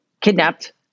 kidnapped